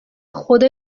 خود